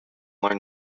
learn